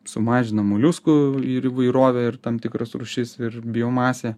sumažina moliuskų ir įvairovę ir tam tikras rūšis ir biomasę